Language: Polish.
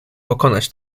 pokonać